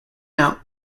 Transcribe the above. out